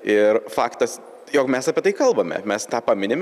ir faktas jog mes apie tai kalbame mes tą paminim